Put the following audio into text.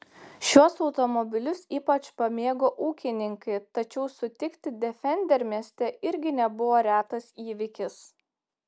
šiuos automobilius ypač pamėgo ūkininkai tačiau sutikti defender mieste irgi nebuvo retas įvykis